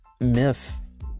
myth